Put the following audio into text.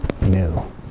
new